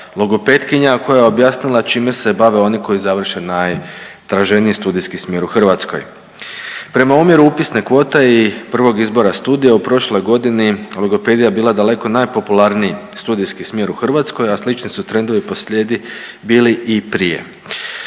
logopetkinja koja je objasnila čime se bave oni koji završe najtraženiji studijski smjer u Hrvatskoj. Prema omjeru upisne kvote i prvog izbora studija u prošloj godini logopedija je bila daleko najpopularniji studijski smjer u Hrvatskoj, a slični su trendovi posrijedi bili i prije.